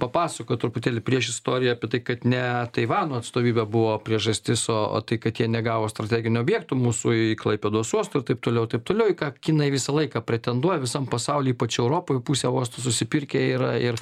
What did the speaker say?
papasakojo truputėlį prieš istoriją apie tai kad ne taivano atstovybė buvo priežastis o o tai kad jie negavo strateginių objektų mūsų į klaipėdos uosto ir taip toliau taip toliau į ką kinai visą laiką pretenduoja visam pasauly ypač europoj pusę uostų susipirkę yra ir